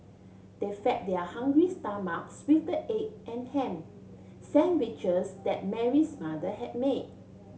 they fed their hungry stomachs with the egg and ham sandwiches that Mary's mother had made